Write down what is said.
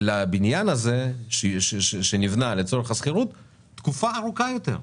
לבניין הזה שנבנה לצורך השכירות תקופה ארוכה יותר.